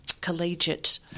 collegiate